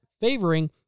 favoring